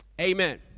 amen